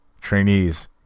trainees